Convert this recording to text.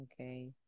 okay